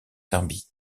serbie